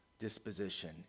disposition